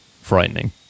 frightening